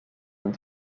han